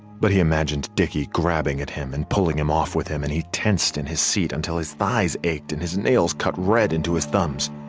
but he imagined dickie grabbing at him and pulling him off with him and he tensed in his seat until his thighs ached and his nails cut red into his thumbs